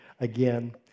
again